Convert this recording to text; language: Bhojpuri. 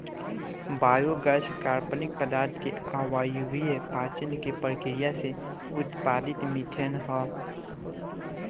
बायोगैस कार्बनिक पदार्थ के अवायवीय पाचन के प्रक्रिया से उत्पादित मिथेन ह